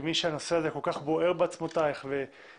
כמי שהנושא הזה כל כך בוער בעצמותייך והחלטת